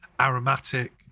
aromatic